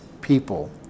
people